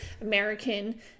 American